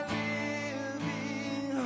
living